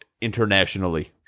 internationally